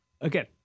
again